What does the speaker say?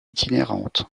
itinérante